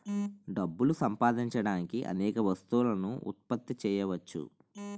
డబ్బులు సంపాదించడానికి అనేక వస్తువులను ఉత్పత్తి చేయవచ్చు